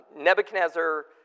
Nebuchadnezzar